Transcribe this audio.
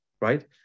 right